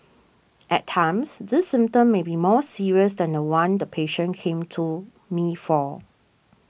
at times this symptom may be more serious than the one the patient came to me for